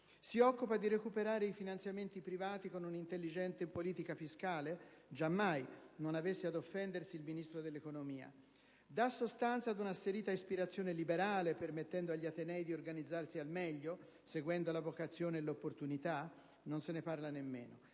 Si occupa di recuperare i finanziamenti privati, con un'intelligente politica fiscale? Giammai, non avesse ad offendersi il Ministro dell'economia! Dà sostanza ad una asserita ispirazione liberale, permettendo agli atenei di organizzarsi al meglio, seguendo la vocazione e l'opportunità? Non se ne parla nemmeno: